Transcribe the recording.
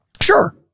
Sure